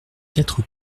quatre